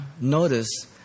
notice